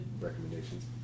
recommendations